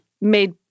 made